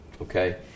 Okay